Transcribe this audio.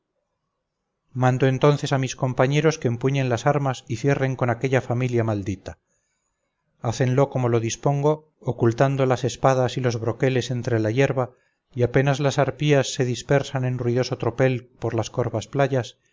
mando entonces a mis compañeros que empuñen las armas y cierren con aquella familia maldita hácenlo como lo dispongo ocultando las espaldas y los broqueles entre la hierba y apenas las arpías se dispersan en ruidoso tropel por las corvas playas